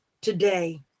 today